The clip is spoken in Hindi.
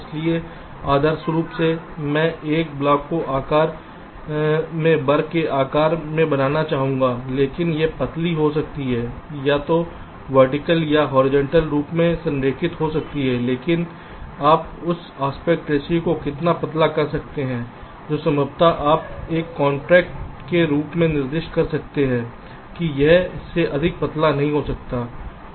इसलिए आदर्श रूप से मैं एक ब्लॉक को आकार में वर्ग के आकार में बनाना चाहूंगा लेकिन यह पतली हो सकती है या तो वर्टिकल या होरिजेंटल रूप से संरेखित हो सकती है लेकिन आप उस आस्पेक्ट रेश्यो को कितना पतला कर सकते हैं जो संभवतः आप एक कन्सट्रैन्ट के रूप में निर्दिष्ट कर सकते हैं कि यह इससे अधिक पतला नहीं हो सकता है